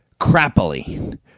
Crappily